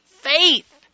Faith